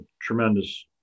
tremendous